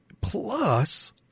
plus